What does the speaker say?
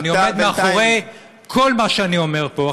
ואני עומד מאחורי כל מה שאני אומר פה.